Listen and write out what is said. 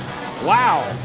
wow!